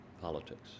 politics